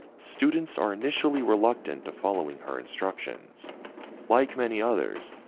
students are initially reluctant to following her instructions like many others,